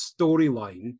storyline